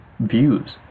views